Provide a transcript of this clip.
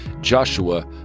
Joshua